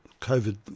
COVID